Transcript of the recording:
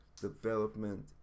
development